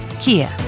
Kia